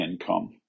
income